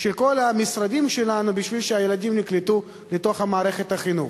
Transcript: של כל המשרדים שלנו בשביל שהילדים ייקלטו במערכת החינוך.